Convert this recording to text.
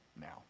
now